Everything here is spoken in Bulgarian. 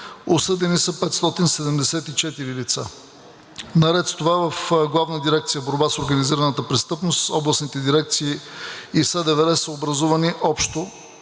Осъдени са 574 лица. Наред с това в Главна дирекция „Борба с организираната престъпност“, областните дирекции и СДВР са образувани общо